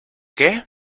qué